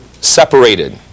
separated